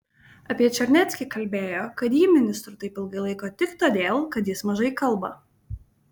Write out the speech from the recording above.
apie čarneckį kalbėjo kad jį ministru taip ilgai laiko tik todėl kad jis mažai kalba